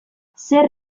zer